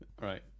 Right